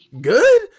good